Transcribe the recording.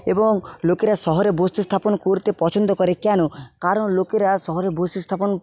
এবং লোকেরা শহরে বসতি স্থাপন করতে পছন্দ করে কেন কারণ লোকেরা শহরে বসতি স্থাপন